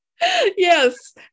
yes